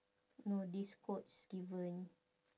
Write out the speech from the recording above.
no these quotes given